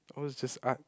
ours just art